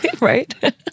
Right